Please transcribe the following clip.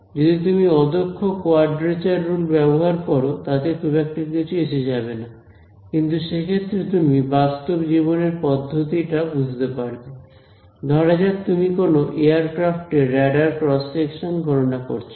যদি তুমি অদক্ষ কোয়াড্রেচার রুল ব্যবহার করো তাতে খুব একটা কিছু এসে যাবে না কিন্তু সে ক্ষেত্রে তুমি বাস্তব জীবনের পদ্ধতিটা বুঝতে পারবে ধরা যাক তুমি কোন এয়ারক্রাফট এর রাডার ক্রস সেকশন গণনা করছো